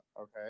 okay